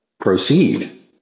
proceed